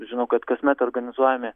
žinau kad kasmet organizuojami